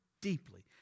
deeply